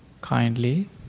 kindly